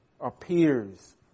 appears